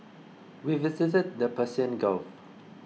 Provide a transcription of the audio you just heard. we visited the Persian Gulf